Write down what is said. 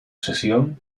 cesión